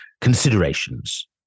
considerations